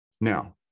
Now